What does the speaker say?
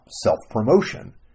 self-promotion